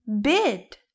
bid